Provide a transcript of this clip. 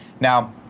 Now